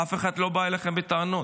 אף אחד לא בא אליכם בטענות.